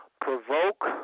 provoke